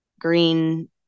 green